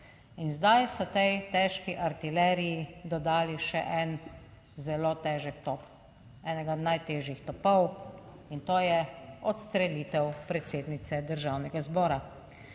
In zdaj so tej težki artileriji dodali še en zelo težek top, enega najtežjih topov in to je odstrelitev predsednice Državnega zbora.